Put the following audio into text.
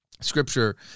Scripture